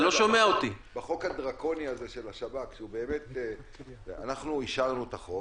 בחוק הדרקוני הזה של השב"כ, אישרנו את החוק,